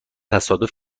تصادف